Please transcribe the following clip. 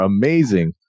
amazing